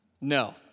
No